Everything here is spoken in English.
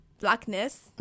blackness